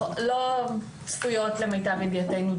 למיטב ידיעתנו,